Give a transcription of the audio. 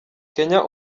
kenya